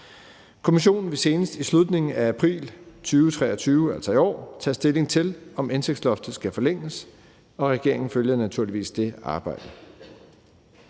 Kommissionen vil senest i slutningen af april 2023, altså i år, tage stilling til, om indtægtsloftet skal forlænges, og regeringen følger naturligvis det arbejde.